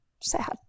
Sad